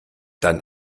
dann